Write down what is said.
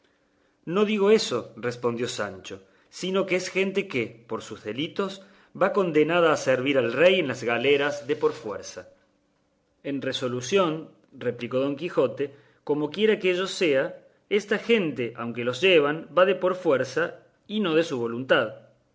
no digo eso respondió sancho sino que es gente que por sus delitos va condenada a servir al rey en las galeras de por fuerza en resolución replicó don quijote comoquiera que ello sea esta gente aunque los llevan van de por fuerza y no de su voluntad